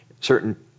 Certain